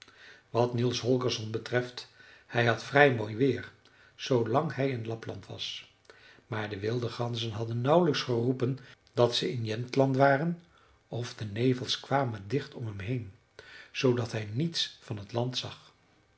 wat niels holgersson betreft hij had vrij mooi weer zoolang hij in lapland was maar de wilde ganzen hadden nauwelijks geroepen dat ze in jämtland waren of de nevels kwamen dicht om hem heen zoodat hij niets van het land zag